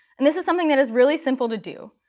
and this is something that is really simple to do.